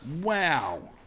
Wow